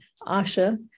Asha